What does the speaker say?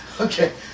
Okay